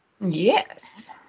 Yes